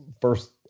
first